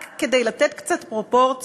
רק כדי לתת קצת פרופורציות,